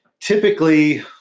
typically